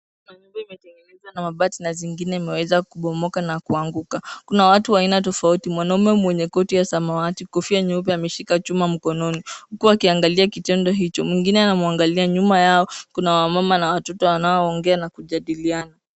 Manyumba imetengenezwa na mabati na zingine imeweza kubomoka na kuanguka. Kuna watu wa aina tofauti. Mwanamume mwenye koti ya samawati, kofia nyeupe ameshika chuma mkononi huku akiangalia kitendo hicho. Mwingine anamwangalia. Nyuma yao kuna wamama na watoto wanaoongea na kujadiliana.